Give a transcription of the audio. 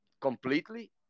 completely